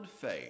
faith